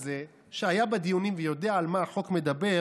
הזה שהיה בדיונים ויודע על מה החוק מדבר,